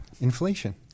inflation